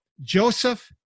Joseph